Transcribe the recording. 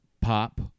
pop